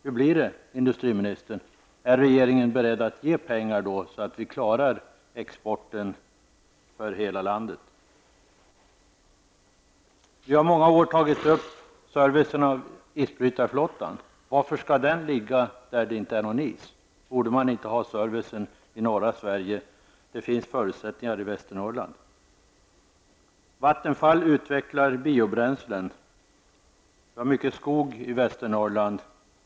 Hur blir det, industriministern, när SJ nu utreder Bottniabanan -- är regeringen beredd att då anslå pengar så att vi klarar exporten för hela landet? Vi har i många år tagit upp frågan om servicen av isbrytarflottan. Varför skall den ligga där det inte är någon is? Borde man inte ha servicen i norra Sverige? Det finns förutsättningar i Vattenfall utvecklar biobränslen. Vi har mycket skog i Västernorrland.